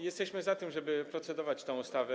Jesteśmy za tym, żeby procedować nad tą ustawą.